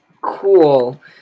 cool